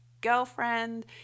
girlfriend